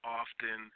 often